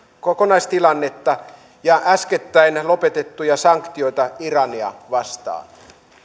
kokonaistilannetta ja äskettäin lopetettuja sanktioita irania vastaan